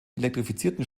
elektrifizierten